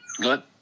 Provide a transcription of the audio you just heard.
good